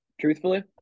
truthfully